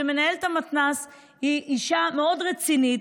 ומנהלת המתנ"ס היא אישה מאוד רצינית,